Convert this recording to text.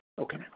Okay